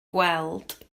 gweld